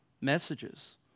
messages